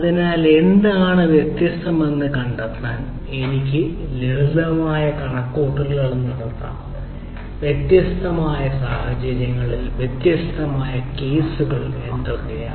അതിനാൽ എന്താണ് വ്യത്യസ്തമെന്ന് കണ്ടെത്താൻ എനിക്ക് ലളിതമായ കണക്കുകൂട്ടൽ നടത്താം വ്യത്യസ്ത സാഹചര്യങ്ങളിൽ വ്യത്യസ്ത കേസുകൾ എന്തൊക്കെയാണ്